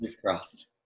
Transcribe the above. crossed